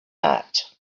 that